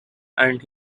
and